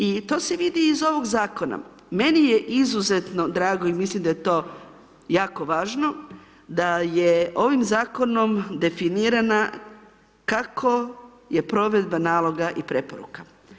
I to se vidi iz ovog zakona, meni je izuzetno drago i mislim da je to jako važno da je ovim zakonom definirana kako je provedba naloga i preporuka.